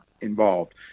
involved